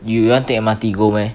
you you want take M_R_T go meh